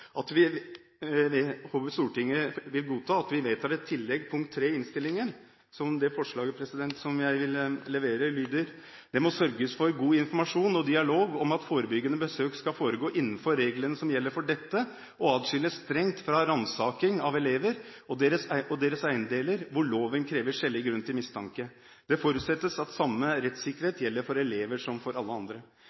vil godta at vi vedtar et tillegg, forslag nr. 3. Forslaget som jeg vil levere, lyder: «Ved gjennomføring av forebyggende tiltak med bruk av narkotikahund må det sørges for god informasjon og dialog om at forebyggende besøk skal foregå innenfor reglene som gjelder for dette, og adskilles strengt fra ransaking av elever og deres eiendeler hvor loven krever skjellig grunn til mistanke. Det forutsettes at samme rettssikkerhet gjelder for elever som for alle andre.»